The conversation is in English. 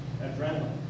adrenaline